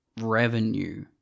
revenue